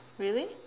really